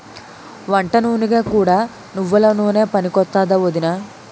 వంటనూనెగా కూడా నువ్వెల నూనె పనికొత్తాదా ఒదినా?